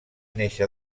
néixer